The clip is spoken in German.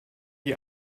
die